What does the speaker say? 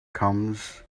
comes